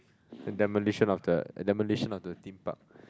the demolition of the the demolition of the Theme Park